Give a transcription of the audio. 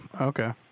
okay